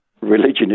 religion